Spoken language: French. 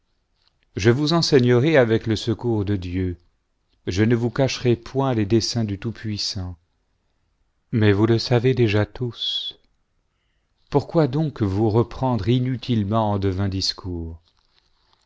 ll jevous enseignerai avec lesecours de dieu je ne vous cacherai point les desseins du tout-puissant mais vous le savez déjà tous pourquoi donc vous répandre inutilement en de vains discours